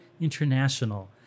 international